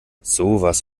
sowas